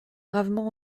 gravement